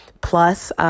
Plus